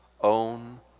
own